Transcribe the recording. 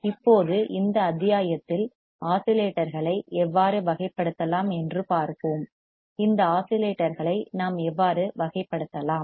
இப்போது இந்த அத்தியாயத்தில் ஆஸிலேட்டர்களை எவ்வாறு வகைப்படுத்தலாம் என்று பார்ப்போம் இந்த ஆஸிலேட்டர்களை நாம் எவ்வாறு வகைப்படுத்தலாம்